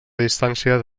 distància